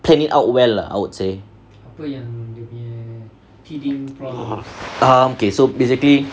plan it out well lah I would say err okay so basically